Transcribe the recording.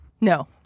no